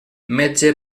metge